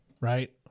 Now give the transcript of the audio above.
right